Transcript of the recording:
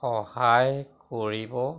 সহায় কৰিব